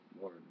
more